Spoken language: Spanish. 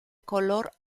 color